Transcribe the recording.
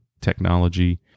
technology